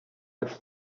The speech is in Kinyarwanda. ati